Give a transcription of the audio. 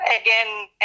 again